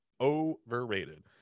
Overrated